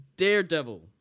daredevil